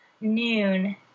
noon